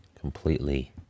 completely